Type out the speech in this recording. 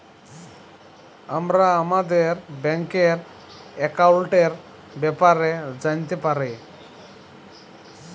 আমরা আমাদের ব্যাংকের একাউলটের ব্যাপারে জালতে পারি